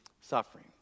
suffering